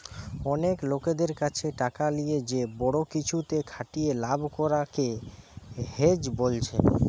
অনেক লোকদের কাছে টাকা লিয়ে যে বড়ো কিছুতে খাটিয়ে লাভ করা কে হেজ বোলছে